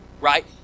right